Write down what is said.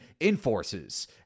enforces